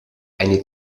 die